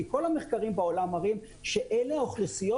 כי כל המחקרים בעולם מראים שאלה האוכלוסיות